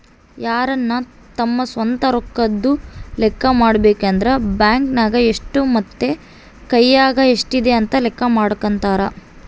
ಯಾರನ ತಮ್ಮ ಸ್ವಂತ ರೊಕ್ಕದ್ದು ಲೆಕ್ಕ ಮಾಡಬೇಕಂದ್ರ ಬ್ಯಾಂಕ್ ನಗ ಎಷ್ಟು ಮತ್ತೆ ಕೈಯಗ ಎಷ್ಟಿದೆ ಅಂತ ಲೆಕ್ಕ ಮಾಡಕಂತರಾ